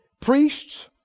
priests